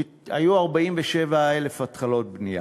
היו 47,000 התחלות בנייה,